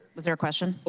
was there a question? ah